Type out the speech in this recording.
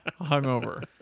Hungover